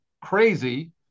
crazy